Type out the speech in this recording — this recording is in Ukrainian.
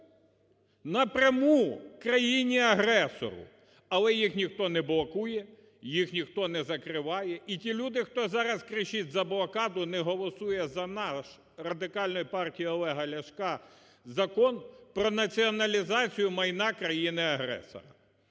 напряму – країні агресору. Але їх ніхто не блокує, їх ніхто не закриває. І ті люди, хто зараз кричить за блокаду, не голосує за наш Радикальної партії Олега Ляшка Закон про націоналізацію майна країни-агресора.